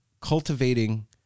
cultivating